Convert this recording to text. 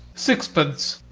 sixpence.